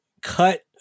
cut